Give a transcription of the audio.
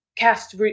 Cast